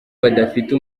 badafite